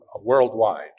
worldwide